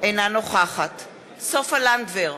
אינה נוכחת סופה לנדבר,